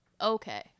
okay